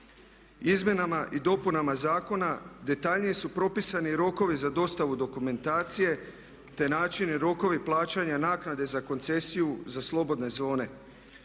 Izmjenama i dopunama zakona detaljnije su propisani rokovi za dostavu dokumentacije, te način i rokovi plaćanja naknade za koncesiju za slobodne zone,